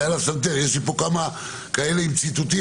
זה היה על הסנטר יש לי פה כמה ציטוטים כאלה,